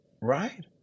right